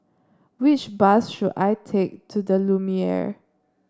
which bus should I take to the Lumiere